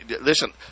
listen